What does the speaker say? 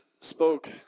spoke